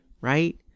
right